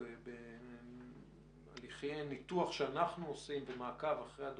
שאחרי הניתוח שאנחנו עושים יש